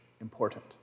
important